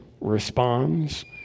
responds